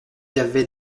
avait